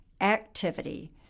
activity